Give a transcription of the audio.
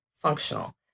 functional